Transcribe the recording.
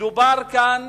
מדובר כאן